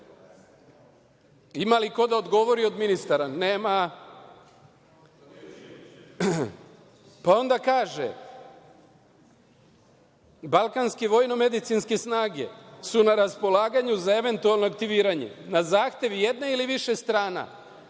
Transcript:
Ima li ko da odgovori od ministara? Nema. Onda kaže – balkanske vojno-medicinske snage su na raspolaganju za eventualno aktiviranje na zahtev jedne ili više strana